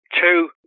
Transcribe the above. two